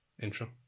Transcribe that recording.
intro